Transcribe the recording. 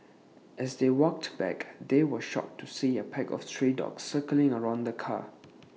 as they walked back they were shocked to see A pack of stray dogs circling around the car